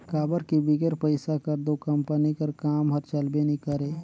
काबर कि बिगर पइसा कर दो कंपनी कर काम हर चलबे नी करे